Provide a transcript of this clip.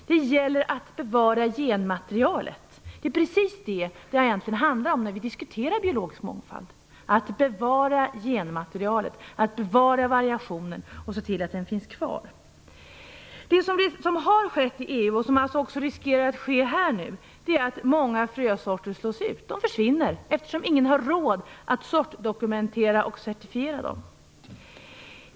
Det gäller att bevara genmaterialet. Det är precis det som det handlar om när vi diskuterar biologisk mångfald, att bevara genmaterialet och variationer. Det som har skett i EU och som nu riskerar att ske här är att många frösorter slås ut. De försvinner, eftersom ingen har råd att sortdokumentera och certifiera dem.